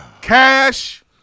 Cash